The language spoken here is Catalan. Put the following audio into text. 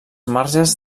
marges